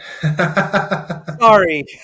Sorry